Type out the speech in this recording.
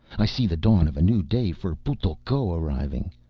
i see the dawn of a new day for putl'ko arriving.